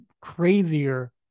crazier